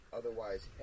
otherwise